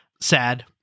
Sad